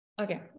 okay